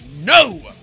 no